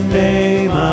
name